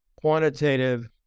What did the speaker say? quantitative